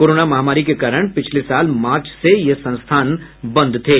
corona महामारी के कारण पिछले साल मार्च से ये संस्थान बंद थे